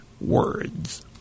words